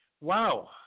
Wow